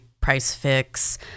price-fix